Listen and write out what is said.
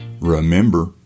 Remember